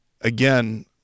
again